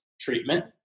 treatment